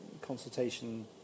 consultation